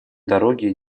дороги